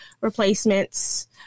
replacements